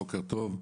בוקר טוב.